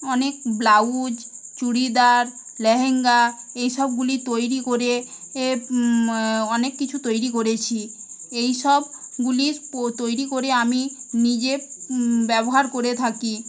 অনেক ব্লাউজ চুড়িদার লেহেঙ্গা এই সবগুলি তৈরি করে অনেক কিছু তৈরি করেছি এই সবগুলি তৈরি করে আমি নিজে ব্যবহার করে থাকি